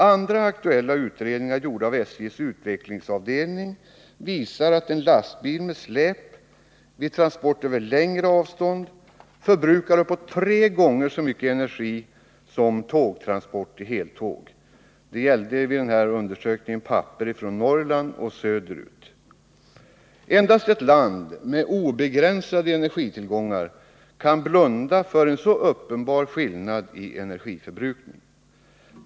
Andra aktuella utredningar, gjorda av SJ:s utvecklingsavdelning, visar att en lastbil med släp vid transport över längre avstånd förbrukar uppåt tre gånger så mycket energi som tågtransport i heltåg; det gällde vid den här undersökningen transport av papper från Norrland söderut. Endast ett land med obegränsade energitillgångar kan blunda för en så uppenbar skillnad i energiförbrukning.